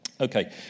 Okay